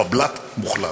בבל"ת מוחלט.